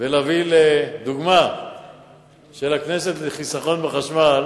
ושהכנסת תהיה דוגמה לחיסכון בחשמל,